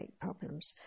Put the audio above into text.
problems